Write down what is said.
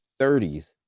30s